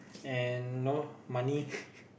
and no money